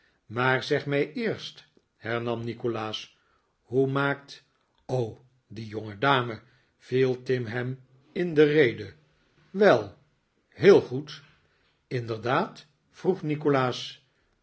maar zeg mij eerst hernam nikolaas hoe maakt o die jongedame viel tim hem in de rede wel heel goed inderdaad vroeg nikolaas